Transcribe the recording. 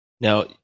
Now